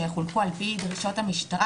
שחולקו על פי דרישות המשטרה,